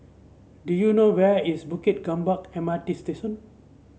do you know where is Bukit Gombak M R T Station